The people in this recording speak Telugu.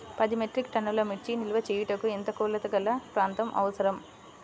పది మెట్రిక్ టన్నుల మిర్చి నిల్వ చేయుటకు ఎంత కోలతగల ప్రాంతం అవసరం?